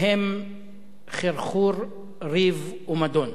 הם חרחור ריב ומדון.